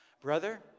Brother